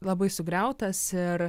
labai sugriautas ir